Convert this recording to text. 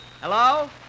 Hello